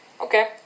Okay